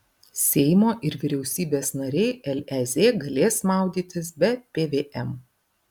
seimo ir vyriausybės nariai lez galės maudytis be pvm